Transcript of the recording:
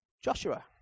Joshua